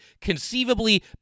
conceivably